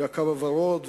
ו"הקו הוורוד".